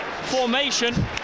formation